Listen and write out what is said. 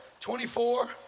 24